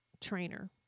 trainer